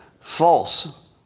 false